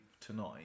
tonight